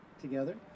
together